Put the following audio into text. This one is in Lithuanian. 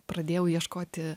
pradėjau ieškoti